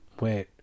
wait